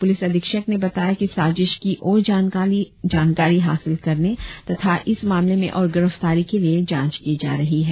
police अधीक्षक ने बताया कि साजिश की और जानकारी हासिल करने तथा इस मामले में और गिरफ्तारियों के लिए जांच की जा रही है